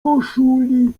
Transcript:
koszuli